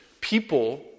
people